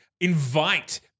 invite